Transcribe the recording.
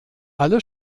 alle